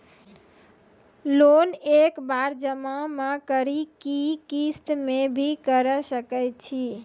Loan एक बार जमा म करि कि किस्त मे भी करऽ सके छि?